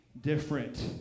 different